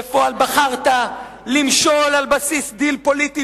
בפועל בחרת למשול על בסיס דיל פוליטי,